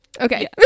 Okay